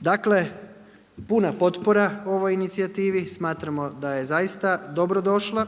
Dakle, puna potpora ovoj inicijativi. Smatramo da je zaista dobro došla,